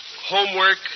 homework